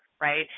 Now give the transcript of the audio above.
right